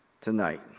tonight